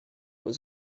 was